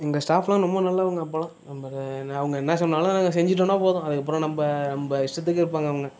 எங்கள் ஸ்டாஃப்லாம் ரொம்ப நல்லவங்க அப்பலாம் நம்ம அவங்க என்ன சொன்னாலும் நாங்கள் செஞ்சிட்டோனால் போதும் அதுக்கப்புறம் நம்ம நம்ம இஷ்டத்துக்கு இருப்பாங்க அவங்க